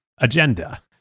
Agenda